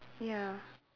ya